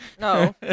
No